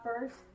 first